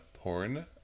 porn